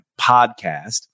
Podcast